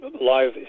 live